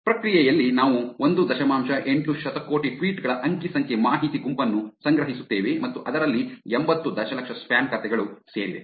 ಪ್ರಕ್ರಿಯೆಯಲ್ಲಿ ನಾವು ಒಂದು ದಶಮಾಂಶ ಎಂಟು ಶತಕೋಟಿ ಟ್ವೀಟ್ ಗಳ ಅಂಕಿ ಸಂಖ್ಯೆ ಮಾಹಿತಿ ಗುಂಪನ್ನು ಸಂಗ್ರಹಿಸುತ್ತೇವೆ ಮತ್ತು ಅದರಲ್ಲಿ ಎಂಬತ್ತು ದಶಲಕ್ಷ ಸ್ಪ್ಯಾಮ್ ಖಾತೆಗಳು ಸೇರಿದೆ